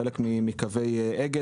חלק מקווי אגד,